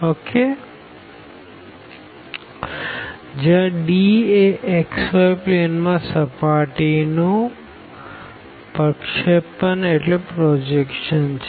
S∬D1∂z∂x2∂z∂y2dxdy જ્યાં Dએ xy plane માં સર્ફેસનું પ્રોજેક્શન છે